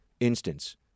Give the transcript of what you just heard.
instance